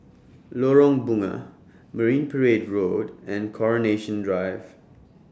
Lorong Bunga Marine Parade Road and Coronation Drive